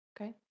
Okay